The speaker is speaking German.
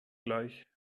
gleich